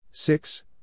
Six